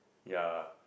ya